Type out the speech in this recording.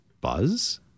buzz